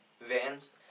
Vans